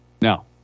Now